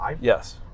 yes